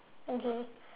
okay